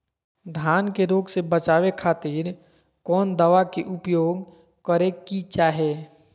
धान के रोग से बचावे खातिर कौन दवा के उपयोग करें कि चाहे?